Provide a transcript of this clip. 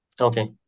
Okay